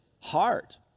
heart